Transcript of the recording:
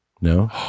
no